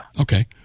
Okay